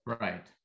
Right